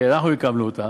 כי אנחנו הקמנו אותה,